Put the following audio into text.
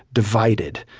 divided,